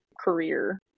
career